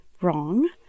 wrong